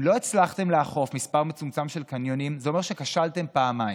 אם לא הצלחתם לאכוף מספר מצומצם של קניונים זה אומר שכשלתם פעמיים,